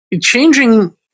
changing